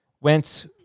went